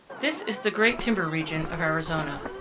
this is the great timber region of arizona.